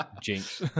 Jinx